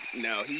No